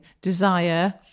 desire